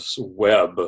web